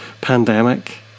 pandemic